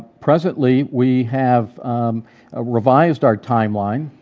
presently we have ah revised our timeline,